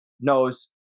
knows